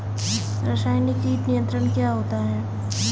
रसायनिक कीट नियंत्रण क्या होता है?